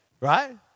right